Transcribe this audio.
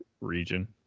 region